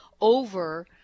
over